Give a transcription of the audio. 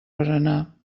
berenar